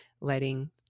letting